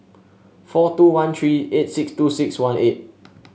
four two one three eight six two six one eight